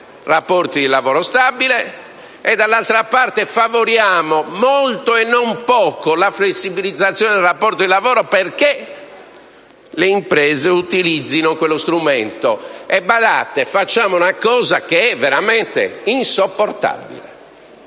rapporti di lavoro stabili ma, al tempo stesso, favoriamo molto, non poco, la flessibilizzazione dei rapporti di lavoro perché le imprese utilizzino quello strumento. E badate, facciamo qualcosa di veramente insopportabile.